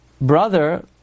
brother